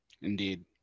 Indeed